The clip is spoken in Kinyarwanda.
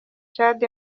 chad